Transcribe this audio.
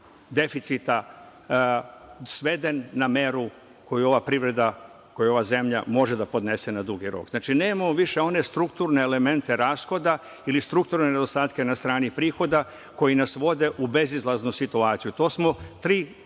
deficita sveden na meru koju ova privreda, koju ova zemlja može da podnese na dugi rok. Znači, nemamo više one strukturne elemente rashoda ili strukturne nedostatke na strani prihoda koji nas vode u bezizlaznu situaciju. Dakle, 3,9